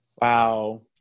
Wow